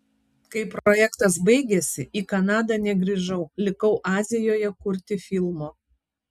kai projektas baigėsi į kanadą negrįžau likau azijoje kurti filmo